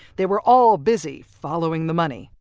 they were all busy following the money.